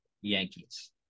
yankees